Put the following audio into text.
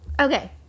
okay